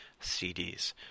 CDs